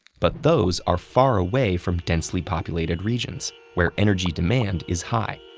but those are far away from densely populated regions where energy demand is high.